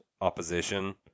opposition